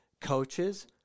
coaches